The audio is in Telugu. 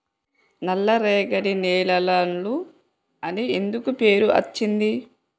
నల్లరేగడి నేలలు అని ఎందుకు పేరు అచ్చింది?